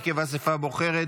הרכב אספה בוחרת,